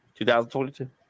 2022